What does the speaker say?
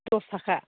दस थाखा